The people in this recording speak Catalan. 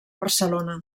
barcelona